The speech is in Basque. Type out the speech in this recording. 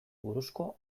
buruzko